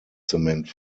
zement